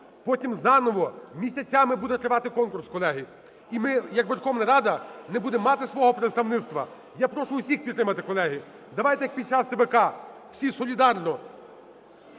потім заново місяцями буде тривати конкурс, колеги. І ми як Верховна Рада не будемо мати свого представництва. Я прошу всіх підтримати, колеги. Давайте як під час ЦВК, всі солідарно